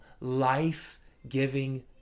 life-giving